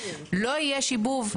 לא יהיה שיבוב,